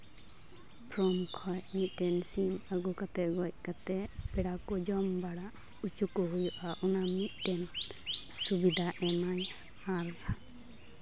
form ᱠᱷᱚᱡ ᱢᱤᱫᱴᱮᱱ ᱥᱤᱢ ᱟᱹᱜᱩ ᱠᱟᱛᱮ ᱜᱚᱡ ᱠᱟᱛᱮ ᱯᱮᱲᱟ ᱠᱚ ᱡᱚᱢ ᱵᱟᱲᱟ ᱦᱚᱪᱚ ᱠᱚ ᱦᱩᱭᱩᱜᱼᱟ ᱚᱱᱟ ᱢᱤᱫᱴᱮᱱ ᱥᱩᱵᱤᱫᱷᱟ ᱮᱢᱟᱭ ᱟᱨ